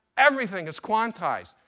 everything is quantized.